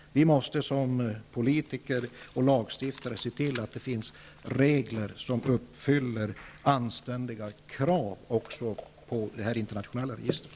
Vi måste som politiker och lagstiftare se till att det finns regler som uppfyller anständiga krav också på det internationella registret.